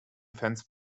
fans